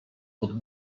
pod